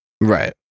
Right